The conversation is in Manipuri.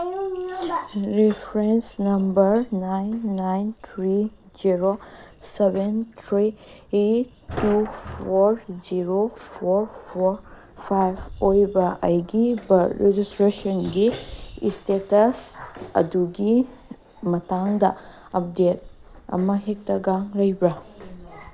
reference number nine nine three zero seven three eight two four zero four four five ꯑꯣꯏꯕ ꯑꯩꯒꯤ ꯕꯔꯠ ꯔꯦꯖꯤꯁꯇ꯭ꯔꯦꯁꯟꯒꯤ ꯏꯁꯇꯦꯇꯁ ꯑꯗꯨꯒꯤ ꯃꯇꯥꯡꯗ ꯑꯞꯗꯦꯠ ꯑꯃꯍꯦꯛꯇꯒ ꯂꯩꯕ꯭ꯔꯥ